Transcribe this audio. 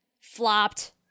flopped